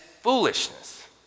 foolishness